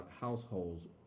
households